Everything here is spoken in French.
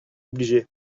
obligé